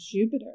jupiter